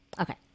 okay